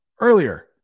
earlier